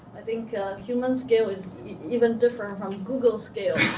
i think human scale is even different from google scale.